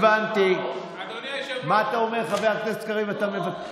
מה יש לך מזה?